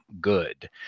good